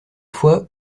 foi